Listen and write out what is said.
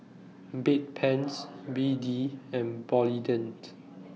Bedpans B D and Polident